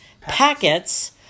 packets